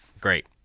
Great